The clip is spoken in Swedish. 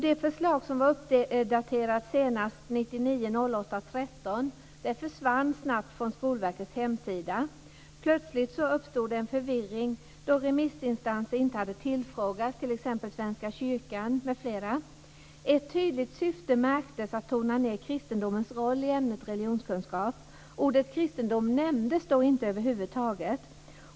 Det förslag som uppdaterades senast den 13 Plötsligt uppstod en förvirring då remissinstanser inte hade tillfrågats, t.ex. Svenska kyrkan m.fl. Ett tydligt syfte att tona ned kristendomens roll i ämnet religionskunskap märktes. Ordet kristendom nämndes inte över huvud taget.